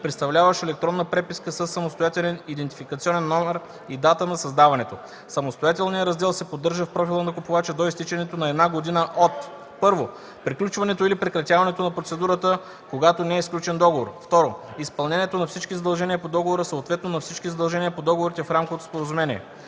представляващ електронна преписка със самостоятелен идентификационен номер и дата на създаването. Самостоятелният раздел се поддържа в профила на купувача до изтичането на една година от: 1. приключването или прекратяването на процедурата – когато не е сключен договор; 2. изпълнението на всички задължения по договора, съответно на всички задължения по договорите в рамковото споразумение.